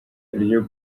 ryo